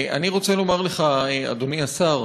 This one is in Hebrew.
אני רוצה לומר לך, אדוני השר,